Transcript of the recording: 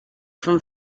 from